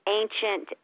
ancient